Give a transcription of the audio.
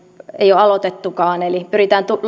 ei ole aloitettukaan eli pyritään